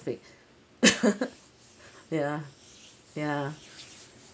ya ya